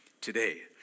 today